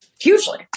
Hugely